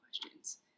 questions